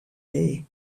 day